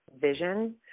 vision